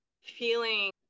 feeling